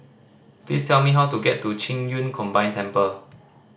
please tell me how to get to Qing Yun Combined Temple